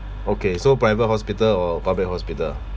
okay so private hospital or public hospital